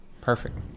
Perfect